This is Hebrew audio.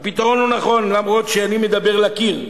הפתרון לא נכון, אף-על-פי שאני מדבר לקיר,